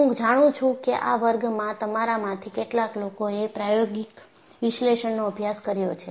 હું જાણું છું કે આ વર્ગમાં તમારામાંથી કેટલાક લોકો એ પ્રાયોગિક વિશ્લેષણનો અભ્યાસક્રમ કર્યો છે